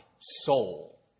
soul